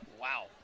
wow